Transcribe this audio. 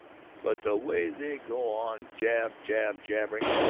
but the way they go on jab-jab-jabbering,